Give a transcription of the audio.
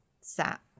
sat